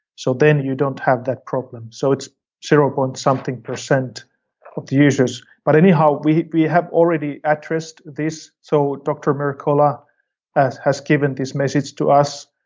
so then you don't have that problem, so it's zero point something percent of the users. but anyhow, we we have already addressed this. so dr. mercola has given this message to us,